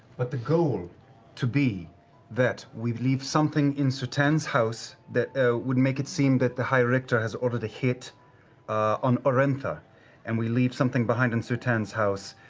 but the goal to be that we leave something in sutan's house that would make it seem that the high-richter has ordered a hit on orentha and we leave something behind in sutan's house